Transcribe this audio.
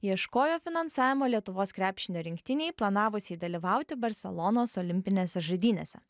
ieškojo finansavimo lietuvos krepšinio rinktinei planavusiai dalyvauti barselonos olimpinėse žaidynėse